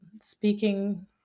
speaking